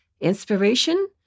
inspiration